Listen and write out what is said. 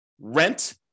rent